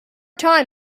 time